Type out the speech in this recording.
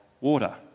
water